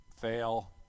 fail